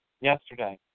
yesterday